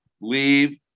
leave